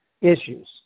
issues